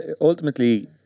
ultimately